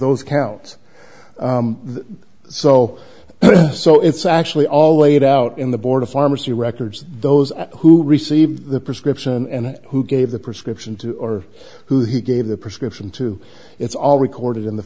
those counts so so it's actually all laid out in the board of pharmacy records of those who received the prescription and who gave the prescription to or who he gave the prescription to it's all recorded in the